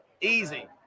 Easy